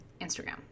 Instagram